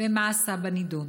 2. מה נעשה בנידון?